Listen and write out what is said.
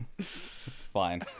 fine